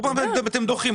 כל פעם אתם דוחים.